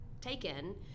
taken